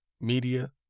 media